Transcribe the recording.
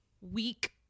week